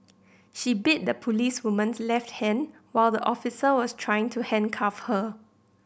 she bit the policewoman's left hand while the officer was trying to handcuff her